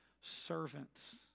servants